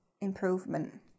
improvement